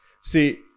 See